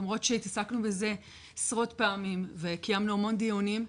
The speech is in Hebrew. למרות שהתעסקנו בזה עשרות פעמים וקיימנו המון דיונים,